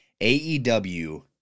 AEW